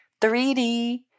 3D